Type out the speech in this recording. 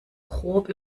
grob